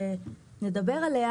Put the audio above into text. נדבר עליה